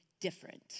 different